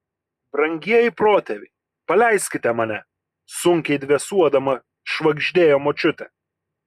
brangieji protėviai paleiskite mane sunkiai dvėsuodama švagždėjo močiutė